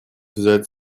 взять